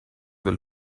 will